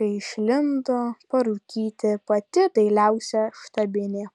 kai išlindo parūkyti pati dailiausia štabinė